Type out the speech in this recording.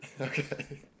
Okay